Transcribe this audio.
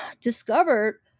discovered